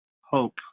hope